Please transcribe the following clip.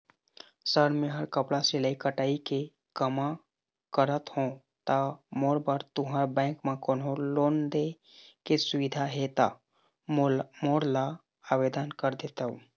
Sir मेहर कपड़ा सिलाई कटाई के कमा करत हों ता मोर बर तुंहर बैंक म कोन्हों लोन दे के सुविधा हे ता मोर ला आवेदन कर देतव?